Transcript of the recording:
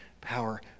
power